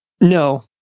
No